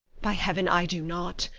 by heaven, i do not,